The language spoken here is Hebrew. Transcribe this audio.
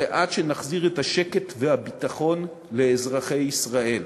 ועד שנחזיר את השקט והביטחון לאזרחי ישראל.